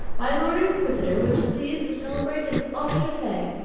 my lord inquisitor was pleased to celebrate an auto-da-fe.